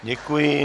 Děkuji.